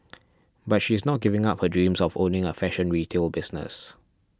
but she is not giving up her dreams of owning a fashion retail business